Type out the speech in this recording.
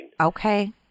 Okay